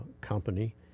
company